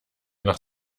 noch